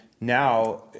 now